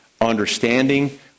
understanding